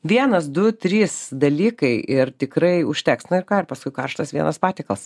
vienas du trys dalykai ir tikrai užteks na ir ką ir paskui karštas vienas patiekalas